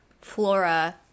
Flora